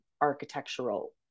architectural